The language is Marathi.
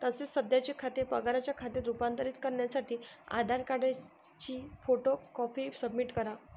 तसेच सध्याचे खाते पगाराच्या खात्यात रूपांतरित करण्यासाठी आधार कार्डची फोटो कॉपी सबमिट करा